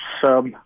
sub